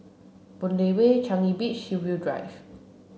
Boon Lay Way Changi Beach Hillview Drive